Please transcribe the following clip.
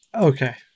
Okay